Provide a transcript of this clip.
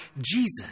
Jesus